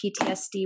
PTSD